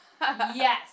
Yes